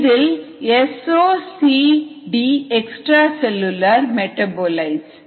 இதில் S0 CD extra cellular metabolites